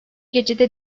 gecede